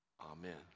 amen